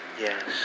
Yes